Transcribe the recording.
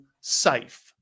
safe